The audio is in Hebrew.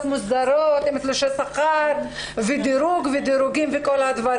מוסדרות עם תלושי שכר ודירוג ודירוגים וכן הלאה,